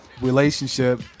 relationship